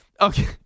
Okay